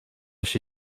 się